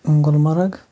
Gulmarg